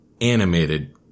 animated